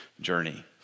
journey